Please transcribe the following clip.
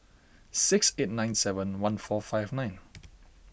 six eight nine seven one four five nine